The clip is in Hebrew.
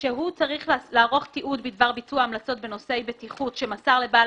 שהוא צריך לערוך תיעוד בדבר ביצוע המלצות בנושאי בטיחות שמסר לבעל